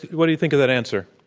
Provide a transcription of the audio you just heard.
what do you think of that answer?